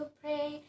pray